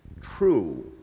true